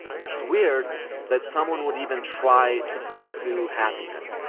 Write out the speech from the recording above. it's weird that someone would even try to pursue happiness,